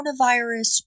coronavirus